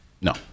No